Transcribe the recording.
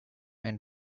and